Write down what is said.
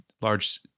large